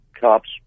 cops